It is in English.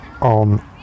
on